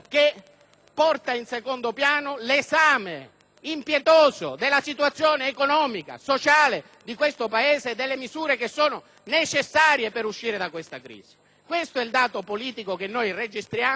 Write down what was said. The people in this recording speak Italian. pone in secondo piano l'esame impietoso della situazione economica e sociale di questo Paese e delle misure che sono necessarie per uscire dalla crisi. Questo è il dato politico che registriamo